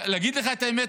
להגיד את האמת,